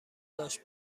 داشت